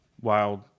wild